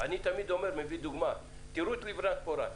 אני תמיד מביא דוגמה, תראו את לבנת פורן,